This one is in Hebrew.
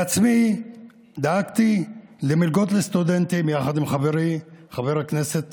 בעצמי דאגתי למלגות לסטודנטים יחד עם חברי חבר הכנסת